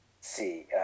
See